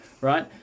Right